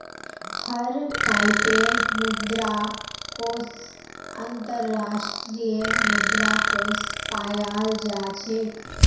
हर टाइपेर मुद्रा कोष अन्तर्राष्ट्रीय मुद्रा कोष पायाल जा छेक